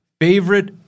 Favorite